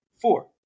four